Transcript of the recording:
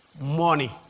Money